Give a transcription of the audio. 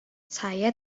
saya